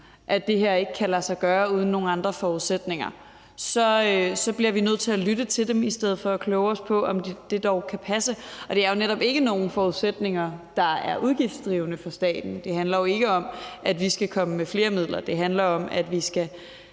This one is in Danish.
at det her ikke kan lade sig gøre uden nogle andre forudsætninger, bliver vi nødt til at lytte til dem i stedet for kloge os på, om det dog kan passe. Og det er jo netop ikke nogle forudsætninger, der er udgiftsdrivende for staten. Det handler jo ikke om, at vi skal komme med flere midler; det handler om, at vi skal